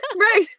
Right